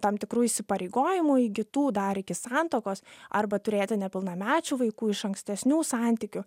tam tikrų įsipareigojimų įgytų dar iki santuokos arba turėti nepilnamečių vaikų iš ankstesnių santykių